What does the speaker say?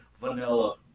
vanilla